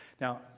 Now